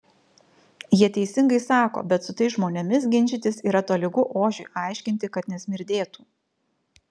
jie teisingai sako bet su tais žmonėmis ginčytis yra tolygu ožiui aiškinti kad nesmirdėtų